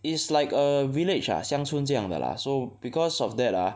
is like a village ah 乡村这样的 lah so because of that ah